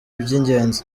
by’ingenzi